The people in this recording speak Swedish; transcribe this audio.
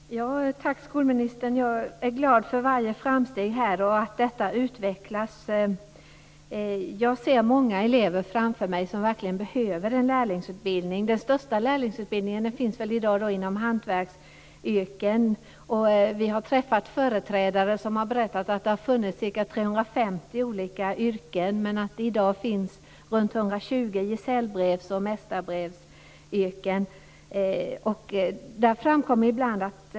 Fru talman! Tack, skolministern. Jag är glad för varje framsteg och för att detta utvecklas. Jag ser framför mig många elever som verkligen behöver en lärlingsutbildning. De flesta lärlingsutbildningarna finns i dag inom hantverksyrken. Företrädare för hantverksyrkena har berättat att det har funnits ca 350 olika yrken. I dag finns runt 120 gesällbrevs och mästarbrevsyrken.